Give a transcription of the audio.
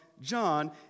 John